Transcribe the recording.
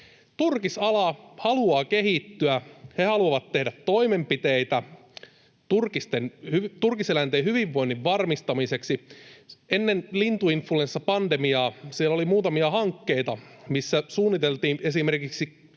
Turkisala haluaa kehittyä. He haluavat tehdä toimenpiteitä turkiseläinten hyvinvoinnin varmistamiseksi. Ennen lintuinfluenssapandemiaa siellä oli muutamia hankkeita, missä suunniteltiin esimerkiksi